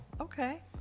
Okay